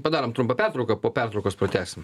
padarom trumpą pertrauką po pertraukos pratęsim